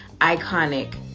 iconic